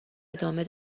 ادامه